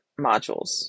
modules